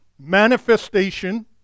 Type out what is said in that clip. manifestation